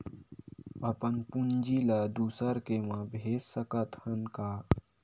अपन पूंजी ला दुसर के मा भेज सकत हन का?